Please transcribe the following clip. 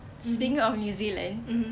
speaking of new zealand